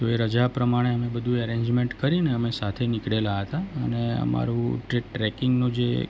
તો એ રજા પ્રમાણે અમે બધું એરેજમેન્ટ કરીને અમે સાથે નીકળેલા હતા અને અમારું ટ્રેકિંગનુ જે